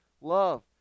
love